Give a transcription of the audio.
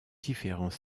différents